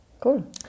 Cool